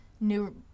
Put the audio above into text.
new